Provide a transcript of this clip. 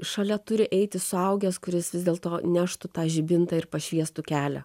šalia turi eiti suaugęs kuris vis dėlto neštų tą žibintą ir pašviestų kelią